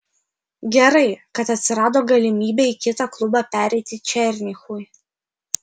gerai kad atsirado galimybė į kitą klubą pereiti černychui